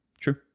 true